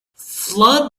flood